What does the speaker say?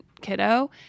kiddo